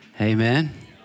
Amen